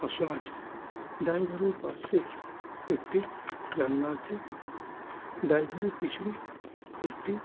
আসন আছে ড্রাইভারের পাশে একটি জানলা আছে ড্রাইভারের পিছনে একটি